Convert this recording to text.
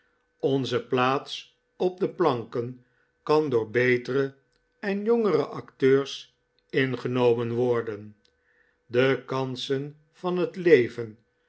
onze plaats op de planken kan door betere en jongere acteurs ingenomen worden de kansen van het leven